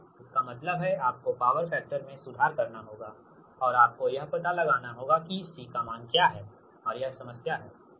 इसका मतलब है आपको पावर फैक्टर में सुधार करना होगा और आपको यह पता लगाना होगा कि C का मान क्या है और यह समस्या है